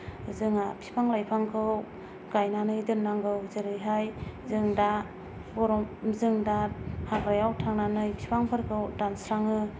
जोंहा फिफां लाइफांखौ गायनानै दोन्नांगौ जेरैहाय जों दा गरम जों दा हाग्रायाव थांनानै फिफांफोरखौ दानस्राङो